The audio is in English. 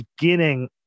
beginning